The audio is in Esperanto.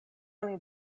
oni